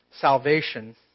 salvation